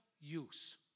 use